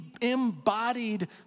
embodied